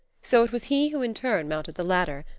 so it was he who in turn mounted the ladder,